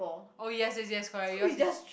oh yes yes yes correct yours is